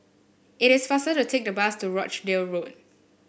it is faster to take the bus to Rochdale Road